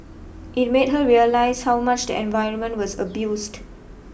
it made her realise how much the environment was abused